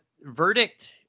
verdict